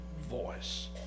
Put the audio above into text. voice